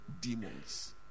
demons